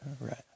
right